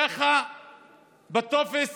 ככה בטופס